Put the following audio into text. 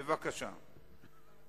אתמול